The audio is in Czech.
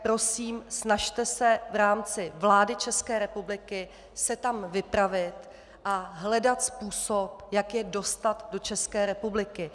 Prosím, snažte se v rámci vlády České republiky se tam vypravit a hledat způsob, jak je dostat do České republiky.